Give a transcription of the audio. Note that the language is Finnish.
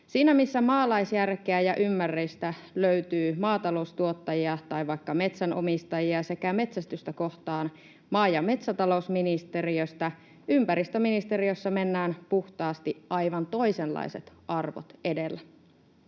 Siinä, missä maalaisjärkeä ja ymmärrystä löytyy maataloustuottajia tai vaikka metsänomistajia sekä metsästystä kohtaan maa- ja metsätalousministeriöstä, ympäristöministeriössä mennään puhtaasti aivan toisenlaiset arvot edellä.